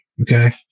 okay